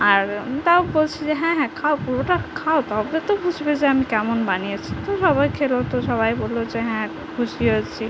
আর তাও বলছি যে হ্যাঁ হ্যাঁ খাও পুরোটা খাও তবে তো বুঝবে যে আমি কেমন বানিয়েছি তো সবাই খেলো তো সবাই বললো যে হ্যাঁ খুশি হয়েছি